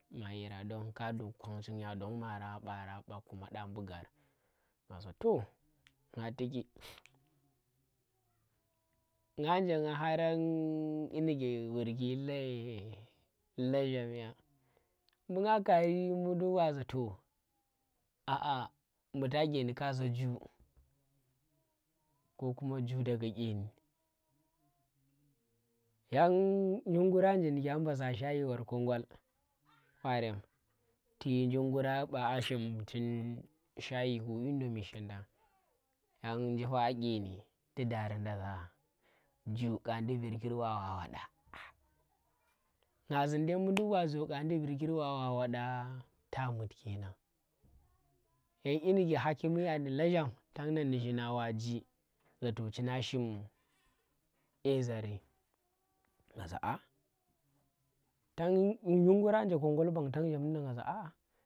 Don maa yirang don ka duk kwanching ya don mara, mara ɓaq kuma ɗ mbu gar ngaza toh, nga tukki, nga nje nga harang dyi nike vurki la- la- lazham ya, mbu nga kari mbu duk wa za toh aa mbu ta dyenee ka za juu ko kuma juu da ga dyenee, yang jim ngura nje nike a masa shayi war kongol ɓarem tu jim ngura ɓa a shim shayi ndi indomi shendang yang njifa a a dyeni tu darinda za juu, kandi virkir ba wa wada a a nga zun dai mbu nduk wa zo za kandi virkir ba wa wada taa mud kenang, yang dyinike haki ya nu lazham, tang na ndi nuzhinda wa jee za to china shim a zari nga za ahh tang njim nguranje kongol bang tang zham nda za aa